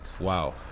wow